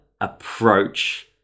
approach